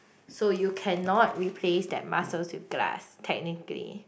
so you cannot replace that muscles with glass technically